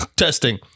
testing